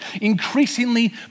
increasingly